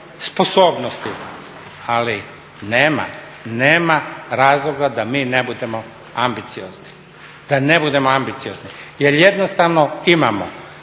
sposobnosti, ali nema razloga da mi ne budemo ambiciozni, jel jednostavno imamo